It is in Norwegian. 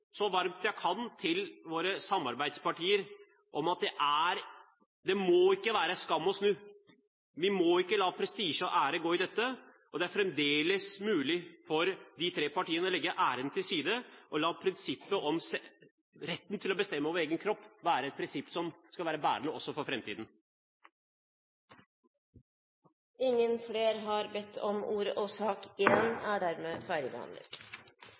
så varmt jeg kan til våre samarbeidspartier om at det må ikke være noen skam å snu! Vi må ikke la det gå prestisje og ære i dette. Det er fremdeles mulig for de tre partiene å legge æren til side og la prinsippet om retten til å bestemme over egen kropp være et bærende prinsipp også for framtiden. Flere har ikke bedt om ordet til sak